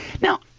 Now